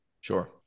Sure